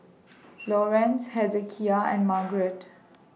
Lawerence Hezekiah and Marget